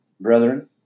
brethren